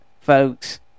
folks